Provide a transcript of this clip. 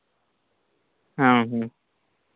ᱦᱮᱸ ᱦᱮᱸ